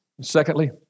Secondly